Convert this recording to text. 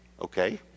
Okay